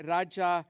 Raja